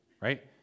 right